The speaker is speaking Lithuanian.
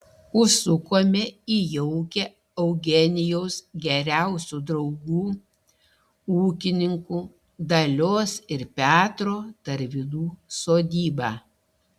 užsukome į jaukią eugenijaus geriausių draugų ūkininkų dalios ir petro tarvydų sodybą